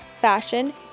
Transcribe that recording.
fashion